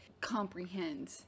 comprehend